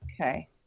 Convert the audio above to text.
Okay